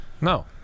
No